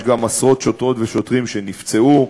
יש גם עשרות שוטרות ושוטרים שנפצעו.